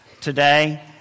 today